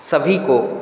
सभी को